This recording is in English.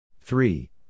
Three